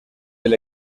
del